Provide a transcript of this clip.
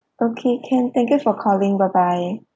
okay can thank you for calling bye bye